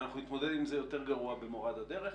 אנחנו נתמודד עם זה יותר גרוע במורד הדרך.